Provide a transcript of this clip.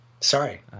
Sorry